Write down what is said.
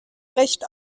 recht